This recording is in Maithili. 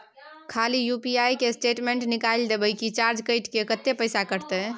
खाली यु.पी.आई के स्टेटमेंट निकाइल देबे की चार्ज कैट के, कत्ते पैसा कटते?